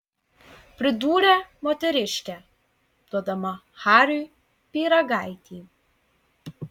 pridūrė moteriškė duodama hariui pyragaitį